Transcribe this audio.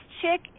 chick